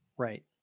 right